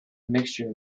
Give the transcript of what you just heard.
mixture